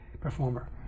performer